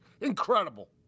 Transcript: Incredible